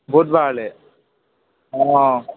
বুধবাৰলৈ অ